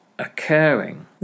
Occurring